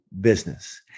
business